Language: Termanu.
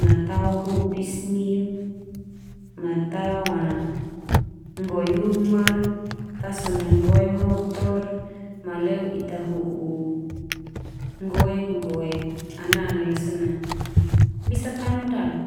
ma tao hopis neu, ma tao a nggoe uma, ta so na nggoe motor, ma leo ita ho'o nggoek-nggoek anana la so na bisa taon lo dalek.